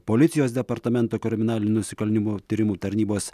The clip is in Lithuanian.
policijos departamento kriminalinių nusikaltimų tyrimų tarnybos